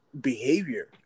behavior